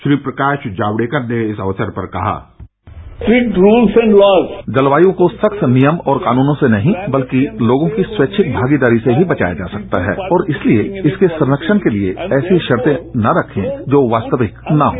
श्री प्रकाश जावडेकर ने इस अवसर पर कहा जलवायू को सख्त नियम और कानूनों से नहीं बल्कि लोगों की स्वैच्छिक भागीदारी से ही बचाया जा सकता है और इसलिए इसके संरक्षण के लिए ऐसी शर्ते न रखें जो वास्तविक न हों